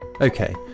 Okay